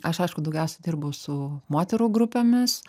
aš aišku daugiausia dirbu su moterų grupėmis